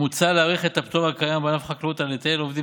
מוצע להאריך את הפטור הקיים בענף החקלאות על היטל עובדים